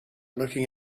looking